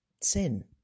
sin